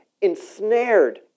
ensnared